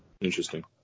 Interesting